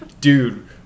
dude